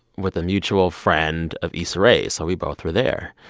with a mutual friend of issa rae, so we both were there.